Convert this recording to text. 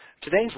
Today's